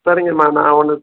சரிங்க அம்மா நான் ஒன்று